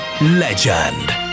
legend